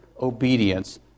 obedience